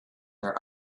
their